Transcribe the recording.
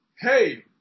hey